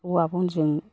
औवा बनजों